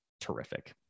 terrific